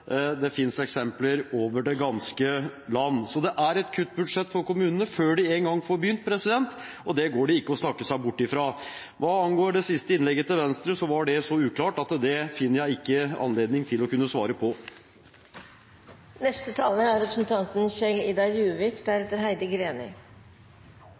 Det finnes eksempler over det ganske land. Så det er et kuttbudsjett for kommunene før de engang får begynt, og det går det ikke an å snakke seg bort fra. Når det gjelder det siste innlegget til Venstre, var det så uklart at jeg ikke finner anledning til å kunne svare